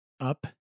Up